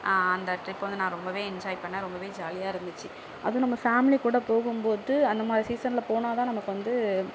அந்த ட்ரிப்பை வந்து நான் ரொம்ப என்ஜாய் பண்ணேன் ரொம்ப ஜாலியாக இருந்துச்சு அதுவும் நம்ம ஃபேமிலி கூட போகும் போது அந்த மாதிரி சீசனில் போணால் தான் நமக்கு வந்து